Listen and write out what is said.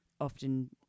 often